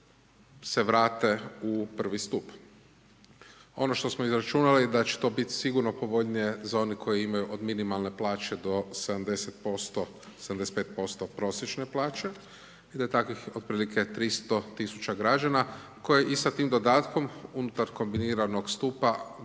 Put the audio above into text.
se vrate u prvi stup. Ono što smo izračunali da će to biti sigurno povoljnije za one koji imaju od minimalne plaće do 70% 75% prosječne plaće i da takvih otprilike 300.000 građana koje i sa tim dodatkom unutar kombiniranog stupa ne